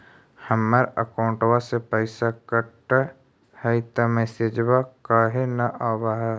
हमर अकौंटवा से पैसा कट हई त मैसेजवा काहे न आव है?